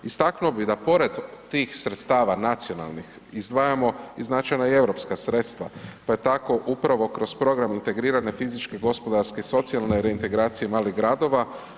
Istaknuo bi da pored tih sredstava nacionalnih izdvajamo i značajna europska sredstva pa je tako upravo kroz program integrirane fizičke, gospodarske i socijalne reintegracije malih gradova.